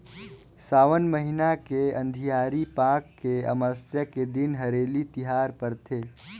सावन महिना के अंधियारी पाख के अमावस्या के दिन हरेली तिहार परथे